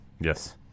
Yes